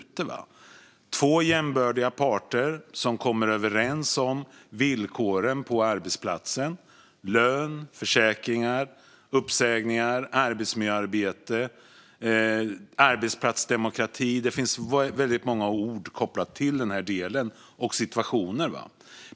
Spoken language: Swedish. Det ska vara två jämbördiga parter som kommer överens om villkoren på arbetsplatsen - lön, försäkringar, uppsägningar, arbetsmiljöarbete, arbetsplatsdemokrati. Det finns väldigt många ord och situationer kopplade till den här delen.